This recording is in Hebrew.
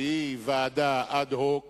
שהיא ועדה אד-הוק